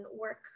work